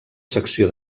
secció